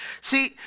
See